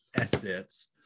Assets